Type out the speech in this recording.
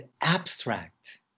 abstract